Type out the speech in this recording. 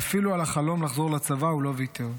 ואפילו על החלום לחזור לצבא הוא לא ויתר.